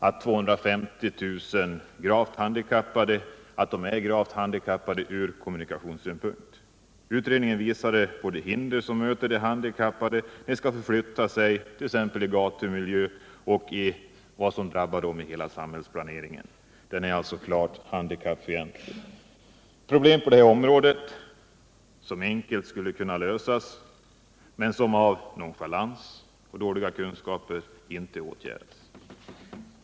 Av dessa är 250 000 gravt handikappade ur kommunikationssyn Utredningen visade på de hinder som möter de handikappade när de skall förflytta sig t.ex. i gatumiljön och hur hela samhällsplaneringen är klart handikappfientlig — problem som enkelt skulle kunna lösas men som på grund av nonchalans och dåliga kunskaper inte åtgärdats.